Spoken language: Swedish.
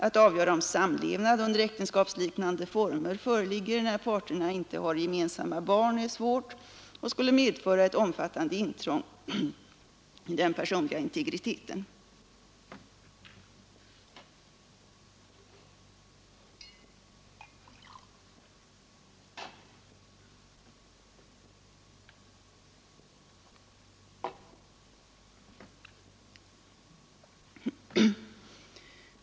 Att avgöra om ”samlevnad under äktenskapsliknande former” föreligger när parterna inte har gemensamma barn är svårt och skulle medföra ett omfattande intrång i den personliga integriteten.